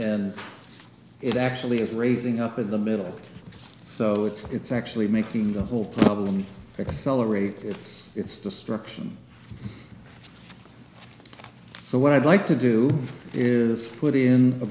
and it actually is raising up in the middle so it's actually making the whole problem accelerate it's its destruction so what i'd like to do is put in a